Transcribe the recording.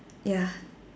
ya